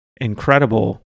incredible